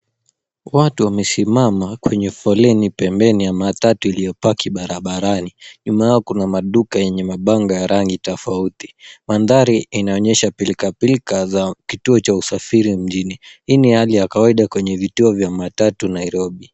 Watu wamesimama kwenye foleni pembeni ya matatu iliyopaki barabarani. Nyuma yao kuna maduka yenye mabango ya rangi tofauti. Mandhari inaonyesha pilikapilika za kituo cha usafiri mjini. Hii ni hali ya kawaida kwenye vituo vya matatu Nairobi.